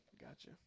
gotcha